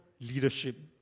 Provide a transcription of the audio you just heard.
leadership